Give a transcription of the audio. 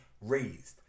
raised